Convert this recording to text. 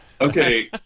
Okay